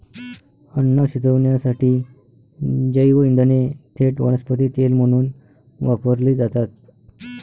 अन्न शिजवण्यासाठी जैवइंधने थेट वनस्पती तेल म्हणून वापरली जातात